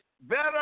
better